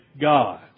God